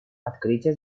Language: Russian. открытия